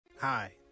Hi